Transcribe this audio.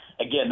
Again